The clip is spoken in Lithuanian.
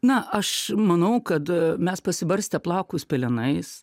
na aš manau kad mes pasibarstę plaukus pelenais